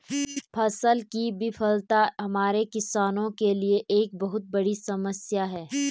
फसल की विफलता हमारे किसानों के लिए एक बहुत बड़ी समस्या है